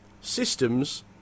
systems